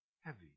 heavy